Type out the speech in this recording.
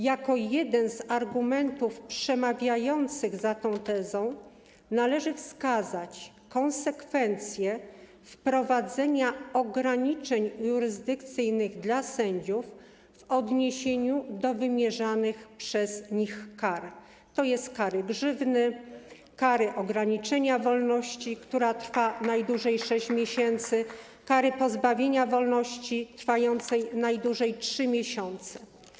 Jako jeden z argumentów przemawiających za tą tezą należy wskazać konsekwencje wprowadzenia ograniczeń jurysdykcyjnych dla sędziów w odniesieniu do wymierzanych przez nich kar, tj. kary grzywny, kary ograniczenia wolności, która trwa najdłużej 6 miesięcy, kary pozbawienia wolności trwającej najdłużej 3 miesiące.